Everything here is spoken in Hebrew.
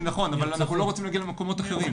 נכון אבל אנחנו לא רוצים להגיע למקומות אחרים.